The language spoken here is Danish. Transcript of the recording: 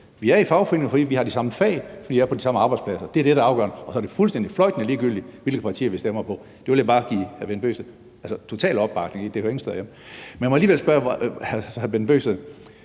Vi er i en fagforening, fordi vi har de samme fag, og fordi vi er på de samme arbejdspladser – det er det, der er afgørende. Så er det fuldstændig fløjtende ligegyldigt, hvilke partier vi stemmer på. Jeg vil bare give hr. Bent Bøgsted totalt opbakning til, at det hører ingen steder hjemme.